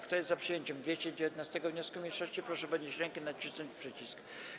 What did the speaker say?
Kto jest za przyjęciem 219. wniosku mniejszości, proszę podnieść rękę i nacisnąć przycisk.